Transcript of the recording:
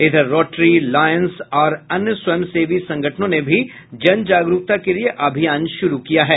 इधर Rotary Lions और अन्य स्वयंसेवी संगठनों ने भी जन जागरूकता के लिये अभियान शुरू कर दिया है